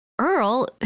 Earl